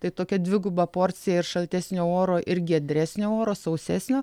tai tokia dviguba porcija ir šaltesnio oro ir giedresnio oro sausesnio